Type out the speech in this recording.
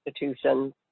institutions